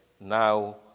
now